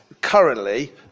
Currently